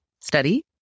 study